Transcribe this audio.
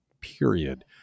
period